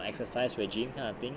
exercise regime kind of thing